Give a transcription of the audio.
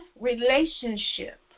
relationship